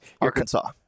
Arkansas